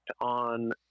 on